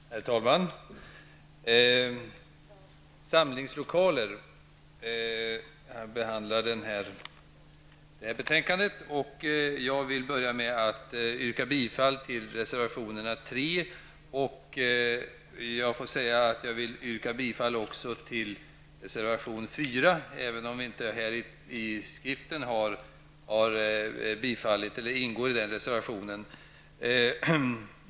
Herr talman! I detta betänkande behandlas anslag till samlingslokaler. Jag vill börja med att yrka bifall till reservation 3 och till reservation 4, även om vi inte i betänkandet har undertecknat den senare.